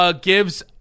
gives